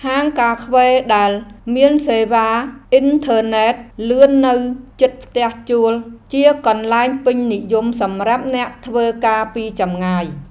ហាងកាហ្វេដែលមានសេវាអ៊ីនធឺណិតលឿននៅជិតផ្ទះជួលជាកន្លែងពេញនិយមសម្រាប់អ្នកធ្វើការពីចម្ងាយ។